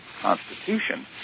Constitution